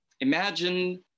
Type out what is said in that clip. Imagine